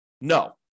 No